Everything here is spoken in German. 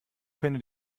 könne